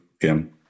Kim